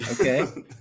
okay